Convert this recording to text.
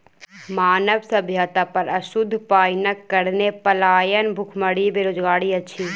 मानव सभ्यता पर अशुद्ध पाइनक कारणेँ पलायन, भुखमरी, बेरोजगारी अछि